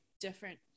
Different